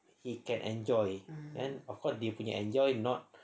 he can enjoy kan of course dia punya enjoy not